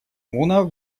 муна